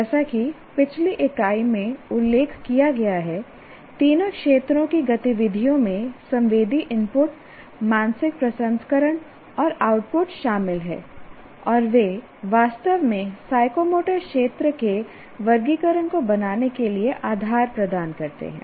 जैसा कि पिछली इकाई में उल्लेख किया गया है तीनों क्षेत्रों की गतिविधियों में संवेदी इनपुट मानसिक प्रसंस्करण और आउटपुट शामिल हैं और वे वास्तव में साइकोमोटर क्षेत्र के वर्गीकरण को बनाने के लिए आधार प्रदान करते हैं